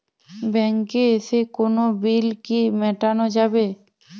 ব্যাংকে এসে কোনো বিল কি মেটানো যাবে?